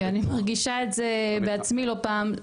כי אני מרגישה את זה בעצמי לא פעם.